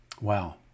Wow